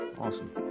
Awesome